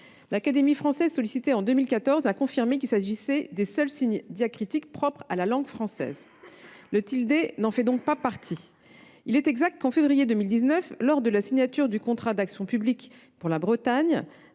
L’Académie française, sollicitée en 2014, a confirmé qu’il s’agissait des seuls signes diacritiques propres à la langue française. Le tilde n’en fait donc pas partie. Il est exact que, en février 2019, lors de la signature du contrat d’action publique pour la Bretagne,